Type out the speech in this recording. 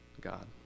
God